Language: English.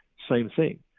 same thing.